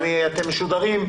אתם משודרים.